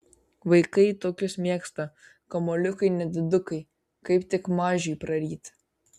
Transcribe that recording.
vaikai tokius mėgsta kamuoliukai nedidukai kaip tik mažiui praryti